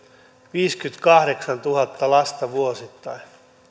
viisikymmentäkahdeksantuhatta lasta vuosittain